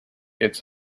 its